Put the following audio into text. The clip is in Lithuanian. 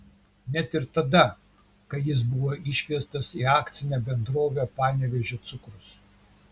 net ir tada kai jis buvo iškviestas į akcinę bendrovę panevėžio cukrus